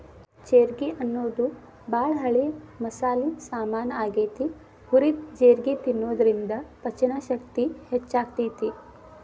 ಜೇರ್ಗಿ ಅನ್ನೋದು ಬಾಳ ಹಳೆ ಮಸಾಲಿ ಸಾಮಾನ್ ಆಗೇತಿ, ಹುರಿದ ಜೇರ್ಗಿ ತಿನ್ನೋದ್ರಿಂದ ಪಚನಶಕ್ತಿ ಹೆಚ್ಚಾಗ್ತೇತಿ